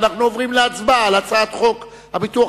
אנחנו עוברים להצבעה על הצעת חוק הביטוח